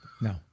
No